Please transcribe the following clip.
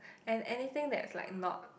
and anything that is like not